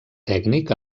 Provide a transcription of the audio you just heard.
tècnic